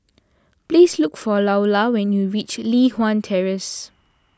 please look for Loula when you reach Li Hwan Terrace